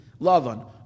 Lavan